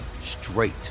straight